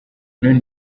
none